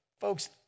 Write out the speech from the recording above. folks